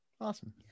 Awesome